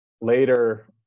later